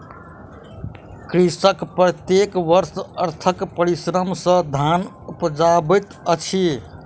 कृषक प्रत्येक वर्ष अथक परिश्रम सॅ धान उपजाबैत अछि